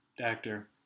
actor